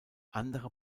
andere